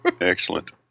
Excellent